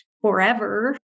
forever